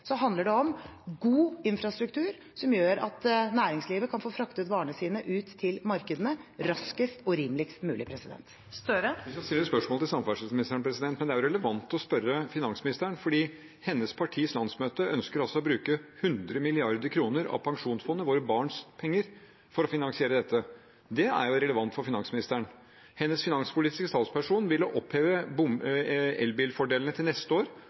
handler det om god infrastruktur, som gjør at næringslivet kan få fraktet varene sine ut til markedene raskest og rimeligst mulig. Det åpnes for oppfølgingsspørsmål – først Jonas Gahr Støre. Vi skal stille spørsmål til samferdselsministeren, men det er relevant å spørre finansministeren, fordi hennes partis landsmøte ønsker å bruke 100 mrd. kr av pensjonsfondet, våre barns penger, for å finansiere dette. Det er jo relevant for finansministeren. Hennes finanspolitiske talsperson ville oppheve elbilfordelene neste år